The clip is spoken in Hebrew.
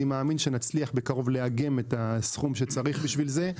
אני מאמין שבקרוב נצליח לאגם את הסכום שצריך בשביל זה.